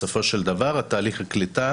בסופו של דבר תהליך הקליטה